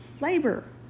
Labor